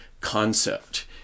concept